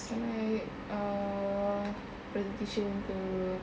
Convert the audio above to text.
this [one] like uh presentation ke